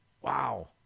wow